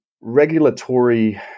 regulatory